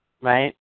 right